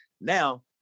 Now